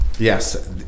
Yes